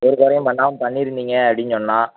ஒரு குறையும் பண்ணாமல் பண்ணியிருந்தீங்க அப்படின்னு சொன்னான்